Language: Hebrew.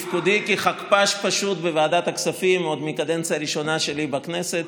מתפקודי כחכפ"ש בוועדת הכספים עוד מהקדנציה הראשונה שלי בכנסת.